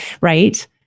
right